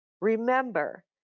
Remember